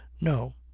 no,